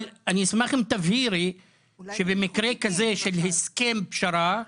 אבל אני אשמח אם תבהירי שבמקרה כזה של הסכם פשרה,